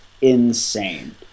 insane